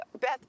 Beth